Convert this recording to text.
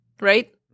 Right